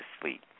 sleep